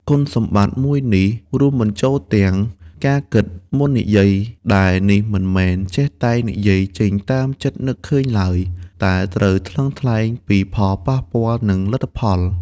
គុណសម្បត្តិមួយនេះ រួមបញ្ចូលទាំង ការគិតមុននិយាយដែលនេះមិនមែនចេះតែនិយាយចេញតាមចិត្តនឹកឃើញឡើយ តែត្រូវថ្លឹងថ្លែងពីផលប៉ះពាល់ និងលទ្ធផល។